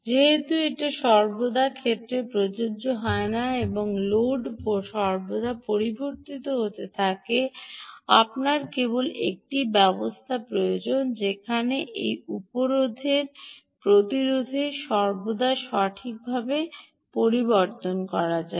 যেহেতু এটি সর্বদা হয় না এবং লোড সর্বদা পরিবর্তিত হতে থাকে আপনার কেবল একটি ব্যবস্থা প্রয়োজন যেখানে এই প্রতিরোধেরও সর্বদা সঠিকভাবে পরিবর্তন করা যায়